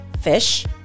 fish